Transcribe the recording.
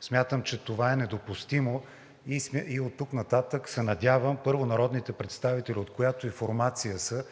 Смятам, че това е недопустимо и оттук нататък се надявам, първо, народните представители, от която и формация са,